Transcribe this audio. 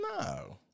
No